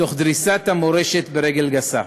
תוך דריסת המורשת ברגל גסה.